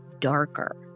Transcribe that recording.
darker